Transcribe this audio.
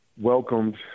welcomed